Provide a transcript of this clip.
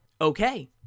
Okay